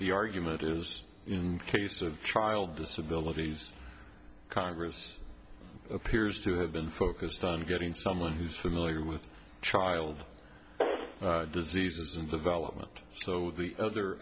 the argument is in cases of child disabilities congress appears to have been focused on getting someone who's familiar with child diseases and development so the other